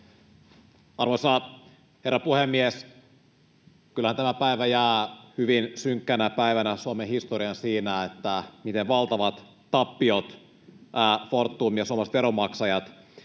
Arvoisa herra puhemies! Kyllähän tämä päivä jää hyvin synkkänä päivänä Suomen historiaan siinä, miten valtavat tappiot Fortum ja suomalaiset veronmaksajat